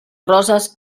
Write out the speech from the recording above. roses